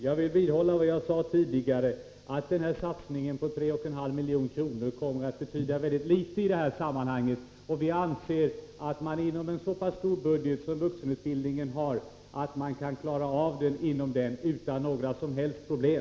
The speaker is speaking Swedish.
Jag vidhåller vad jag sade tidigare, att den här satsningen på 3,5 milj.kr. kommer att betyda väldigt litet i det här sammanhanget. Vi anser att man kan klara av detta inom en så pass stor budget som vuxenutbildningen har utan några som helst problem.